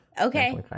Okay